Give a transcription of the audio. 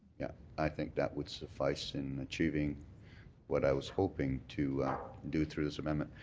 yeah, i think that would suffice in achieving what i was hoping to do through this amendment.